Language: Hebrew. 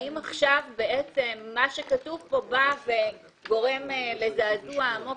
האם עכשיו מה שכתוב פה גורם לזעזוע עמוק